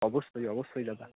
অবশ্যই অবশ্যই দাদা